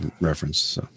reference